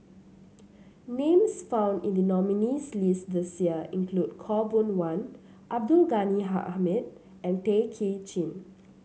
names found in the nominees' list this year include Khaw Boon Wan Abdul Ghani Hamid and Tay Kay Chin